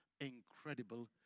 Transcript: Incredible